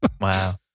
Wow